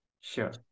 Sure